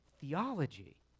theology